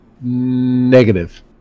negative